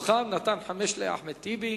ומתוכן הוא נתן חמש לאחמד טיבי,